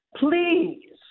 please